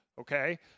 okay